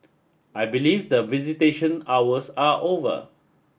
I believe that visitation hours are over